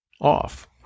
off